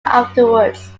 afterwards